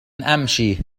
أمشي